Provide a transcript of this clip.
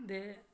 ते